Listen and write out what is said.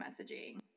messaging